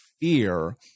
fear